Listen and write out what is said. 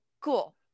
Cool